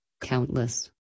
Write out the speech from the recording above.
Countless